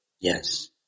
Yes